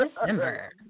December